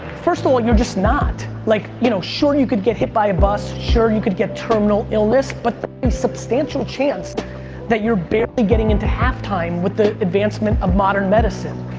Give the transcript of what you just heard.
first of all, you're just not. like you know sure you could get hit by a bus. sure you could terminal illness. but a substantial chance that you're barely getting into half time with the advancement of modern medicine.